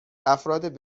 افراد